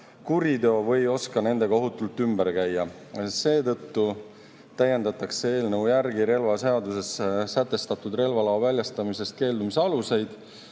kuriteo või ei oska nendega ohutult ümber käia. Seetõttu täiendatakse eelnõu järgi relvaseaduses sätestatud relvaloa väljastamisest keeldumise aluseid.